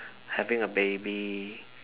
having a baby